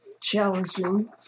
challenging